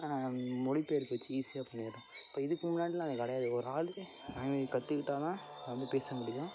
மொழிபெயர்க்குச்சு ஈஸியாக இப்போ இதுக்கும் முன்னாடிலாம் இது கிடையாது ஒரு ஆளுக்கு ஆங்கிலம் கற்றுக்கிட்டா தான் அது வந்து பேச முடியும்